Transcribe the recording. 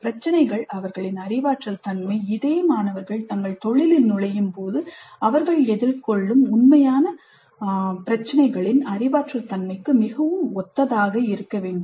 பிரச்சினைகள் அவர்களின் அறிவாற்றல் தன்மை இதே மாணவர்கள் தங்கள் தொழிலில் நுழையும்போது அவர்கள் எதிர்கொள்ளும் உண்மையான பிரச்சினைகளின் அறிவாற்றல் தன்மைக்கு மிகவும் ஒத்ததாக இருக்க வேண்டும்